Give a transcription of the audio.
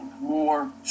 war